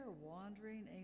wandering